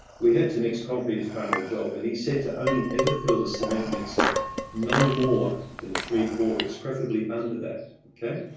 we had to mix concrete as part of the job, and he said to only ever fill the cement mixer now more than three-quarters, preferably under that.